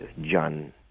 John